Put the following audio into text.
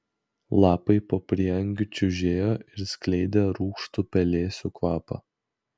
lapai po prieangiu čiužėjo ir skleidė rūgštų pelėsių kvapą